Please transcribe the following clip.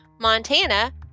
Montana